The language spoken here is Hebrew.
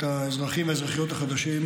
את האזרחים והאזרחיות החדשים,